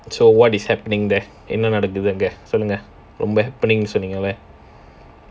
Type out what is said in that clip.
so what is happening there என்ன நடக்குது அங்க சொல்லுங்க இப்போ நீங்க சொன்னீங்கல:enna nadakuthu anga sollunga neenga sonneengala